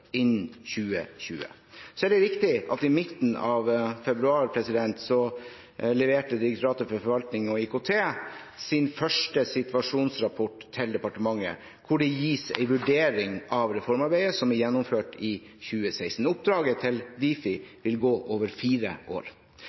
innen 2020. Så er det riktig at i midten av februar leverte Direktoratet for forvaltning og IKT sin første situasjonsrapport til departementet, hvor det gis en vurdering av reformarbeidet som er gjennomført i 2016. Oppdraget til Difi vil gå over fire år.